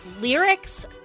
lyrics